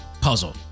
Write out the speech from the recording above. puzzle